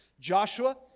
Joshua